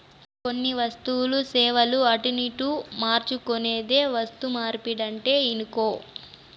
కొన్ని వస్తువులు, సేవలు అటునిటు మార్చుకునేదే వస్తుమార్పిడంటే ఇనుకో